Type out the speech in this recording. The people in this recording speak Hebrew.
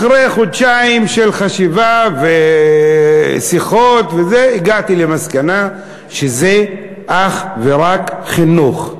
אחרי חודשיים של חשיבה ושיחות הגעתי למסקנה שזה אך ורק חינוך,